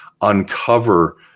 uncover